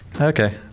Okay